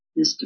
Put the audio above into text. Mr